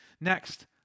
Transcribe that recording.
Next